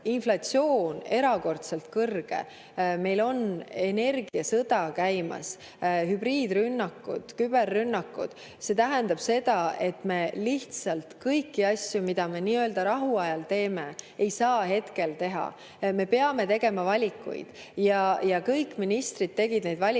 inflatsioon erakordselt kõrge, meil on energiasõda käimas, hübriidrünnakud, küberrünnakud. See tähendab seda, et me lihtsalt kõiki asju, mida me nii-öelda rahuajal teeme, ei saa hetkel teha. Me peame tegema valikuid ja kõik ministrid tegid neid valikuid,